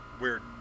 Weird